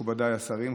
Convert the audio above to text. מכובדיי השרים,